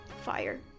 fire